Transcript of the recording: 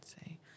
say